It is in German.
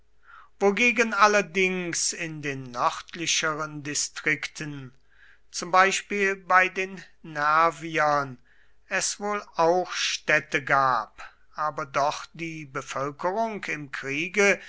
wogegen allerdings in den nördlicheren distrikten zum beispiel bei den nerviern es wohl auch städte gab aber doch die bevölkerung im kriege